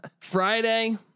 Friday